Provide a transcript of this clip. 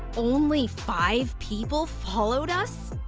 only five people followed us?